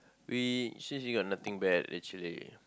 we since we got nothing bad actually